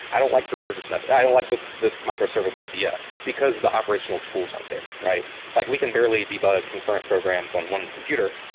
i don't like the service mesh. i don't like this this micro service idea, because the operational tools aren't there. like we can barely debug concurrent programs on one computer,